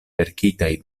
verkitaj